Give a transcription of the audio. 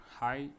hi